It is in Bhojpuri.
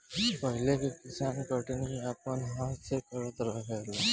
पहिले के किसान कटनी अपना हाथ से करत रहलेन